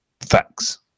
facts